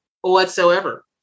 whatsoever